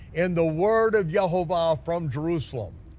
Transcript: and the word of yehovah from jerusalem.